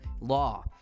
law